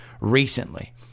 recently